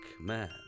man